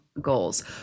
Goals